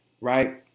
right